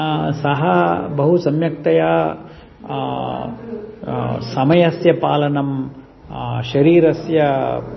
सः बहु सम्यक्तया समयस्य पालनं शरीरस्य